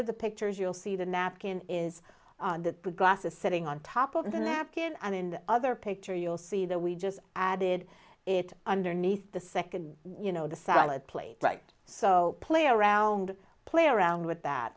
of the pictures you'll see the napkin is the glass is sitting on top of the napkin and in the other picture you'll see that we just added it underneath the second you know the salad plate right so play around play around with that